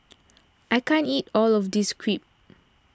I can't eat all of this Crepe